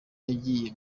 yagiye